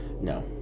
no